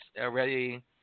already